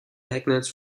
magnets